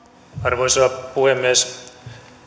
arvoisa puhemies